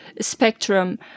spectrum